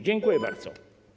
Dziękuję bardzo.